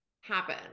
happen